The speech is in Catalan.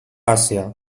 àsia